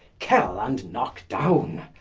kill and knocke downe,